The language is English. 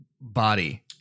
body